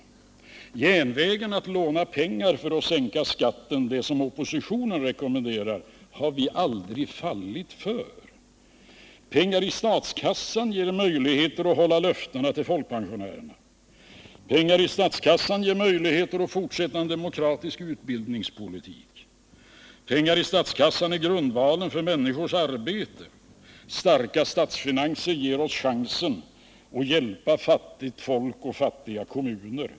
Genvägen att låna pengar för att sänka skatten, som oppositionen rekommenderar, har vi aldrig fallit för. Pengar i statskassan ger oss möjligheter att hålla löftena till folkpensionärerna. Pengar i statskassan ger oss möjligheter att fortsätta en demokratisk utbildningspolitik. Pengar i statskassan är grundvalen för människors arbete. Starka statsfinanser ger oss chansen att hjälpa fattigt folk och fattiga kommuner.